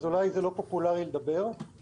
אולי זה לא פופולארי לדבר על זה,